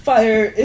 Fire